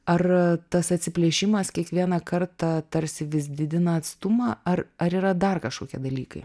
ar tas atsiplėšimas kiekvieną kartą tarsi vis didina atstumą ar ar yra dar kažkokie dalykai